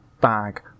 bag